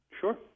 Sure